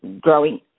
growing